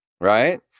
right